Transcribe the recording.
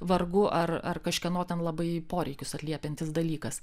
varga ar ar kažkieno ten labai poreikius atliepiantis dalykas